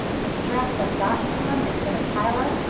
the stress has gotten to them, it's been a pile-up.